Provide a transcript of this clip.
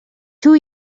two